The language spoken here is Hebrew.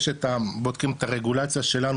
יש את הבודקים את הרגולציה שלנו,